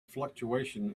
fluctuation